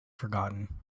forgotten